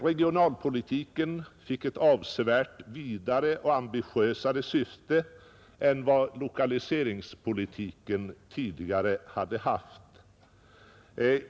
Regionalpolitiken fick ett avsevärt vidare och ambitiösare syfte än vad lokaliseringspolitiken tidigare hade haft.